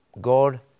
God